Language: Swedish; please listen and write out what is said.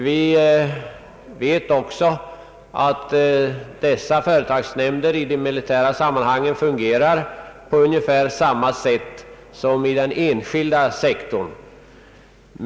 Vi vet också att dessa företags-, nämnder på det militära området fungerar på ungefär samma sätt som på den enskilda sektorn.